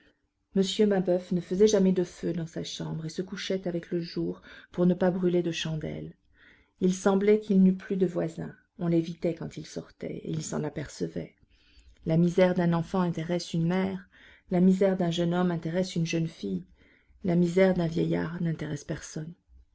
m mabeuf ne faisait jamais de feu dans sa chambre et se couchait avec le jour pour ne pas brûler de chandelle il semblait qu'il n'eût plus de voisins on l'évitait quand il sortait il s'en apercevait la misère d'un enfant intéresse une mère la misère d'un jeune homme intéresse une jeune fille la misère d'un vieillard n'intéresse personne